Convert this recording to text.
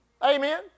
Amen